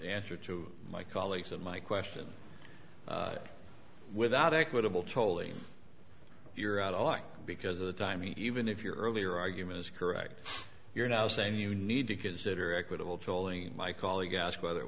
answer to my colleagues and my question without equitable tolly you're out of luck because of the time even if your earlier argument is correct you're now saying you need to consider equitable polling my colleague asked whether it